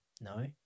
No